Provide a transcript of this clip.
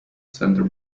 centre